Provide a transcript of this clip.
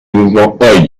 mouvements